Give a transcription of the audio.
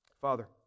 father